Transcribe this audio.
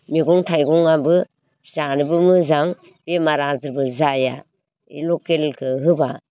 मैगं थाइगंआबो जानोबो मोजां बेमार आजारबो जाया लकेलखौ होबा